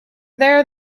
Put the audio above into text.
there